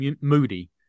moody